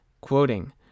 Quoting